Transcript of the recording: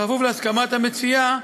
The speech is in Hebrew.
בכפוף להסכמת המציעה,